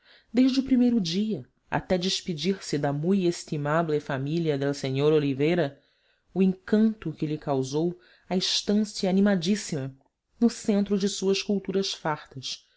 desde o primeiro dia até despedir-se da muy estimable familia del seor olivera o encanto que lhe causou a estância animadíssima no centro de suas culturas fartas